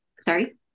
sorry